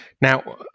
Now